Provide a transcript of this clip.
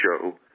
show